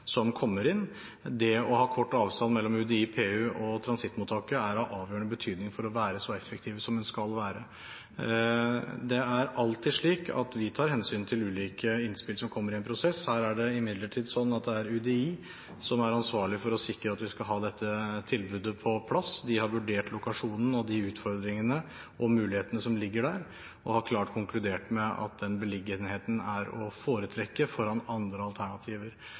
som kommer inn. Det å ha kort avstand mellom UDI, PU og transittmottaket er av avgjørende betydning for å være så effektiv som en skal være. Det er alltid slik at vi tar hensyn til ulike innspill som kommer i en prosess. Her er det imidlertid slik at det er UDI som er ansvarlig for å sikre at vi skal ha dette tilbudet på plass. De har vurdert lokasjonen og de utfordringene og mulighetene som ligger der, og har klart konkludert med at den beliggenheten er å foretrekke fremfor andre alternativer,